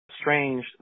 Strange